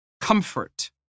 comfort